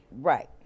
Right